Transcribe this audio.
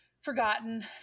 forgotten